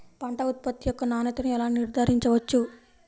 పంట ఉత్పత్తి యొక్క నాణ్యతను ఎలా నిర్ధారించవచ్చు?